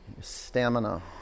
stamina